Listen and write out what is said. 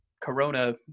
corona